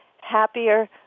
happier